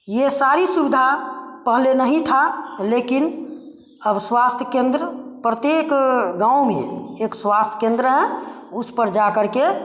यह सारी सुविधा पहले नहीं था लेकिन अव स्वास्थ्य केंद्र प्रत्येक गाँव में एक स्वास्थ्य केंद्र है उस पर जाकर के